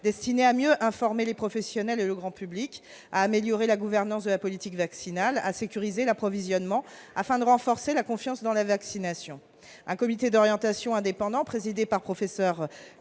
destiné à mieux informer les professionnels et le grand public, à améliorer la gouvernance de la politique vaccinale et à sécuriser l'approvisionnement, et ce afin de renforcer la confiance dans la vaccination. Un comité d'orientation indépendant, présidé par le professeur